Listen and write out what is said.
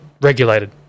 regulated